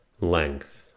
Length